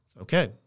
Okay